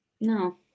No